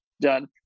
done